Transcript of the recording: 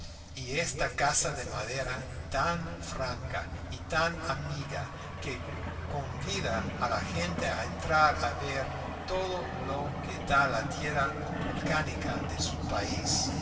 y esta casa de madera tan franca y tan amiga que convida a la gente a entrar a ver todo lo que da la tierra volcánica de su país